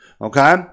Okay